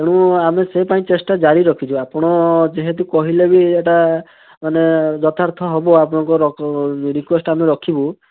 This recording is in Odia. ତେଣୁ ଆମେ ସେ ପାଇଁ ଚେଷ୍ଟା ଜାରି ରଖିଛୁ ଆପଣ ଯେହେତୁ କହିଲେ ବି ଏଟା ମାନେ ଯଥାର୍ଥ ହେବ ଆପଣଙ୍କ ରିକୁଏଷ୍ଟ ଆମେ ରଖିବୁ